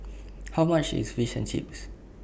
How much IS Fish and Chips